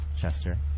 Chester